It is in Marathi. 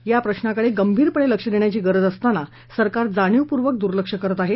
या प्रश्नाकडे गंभीरपणे लक्ष देण्याची गरज असतांना सरकार जाणीवपूर्वक दूर्लक्ष करत आहे